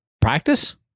practice